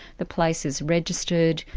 the place is registered,